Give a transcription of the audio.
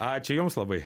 ačiū jums labai